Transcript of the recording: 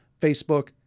Facebook